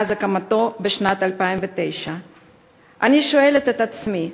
מאז הקמתו בשנת 2009. אני שואלת את עצמי: